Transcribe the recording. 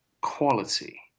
quality